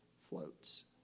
floats